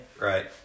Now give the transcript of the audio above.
right